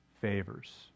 favors